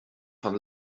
von